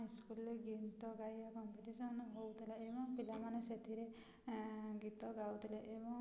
ସ୍କୁଲରେ ଗୀତ ଗାଇବା କମ୍ପିଟିସନ୍ ହେଉଥିଲା ଏବଂ ପିଲାମାନେ ସେଥିରେ ଗୀତ ଗାଉଥିଲେ ଏବଂ